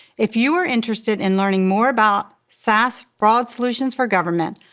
if you are interested in learning more about sas fraud solutions for government,